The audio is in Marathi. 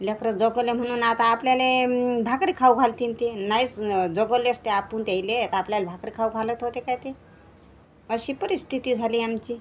लेकरं जगवले म्हणून आता आपल्याला भाकरी खाऊ घालतीन ते नाहीच जगवले असते आपण त्याईले तर आपल्याला भाकर खाऊ घालत होते काय ते अशी परिस्थिती झाली आमची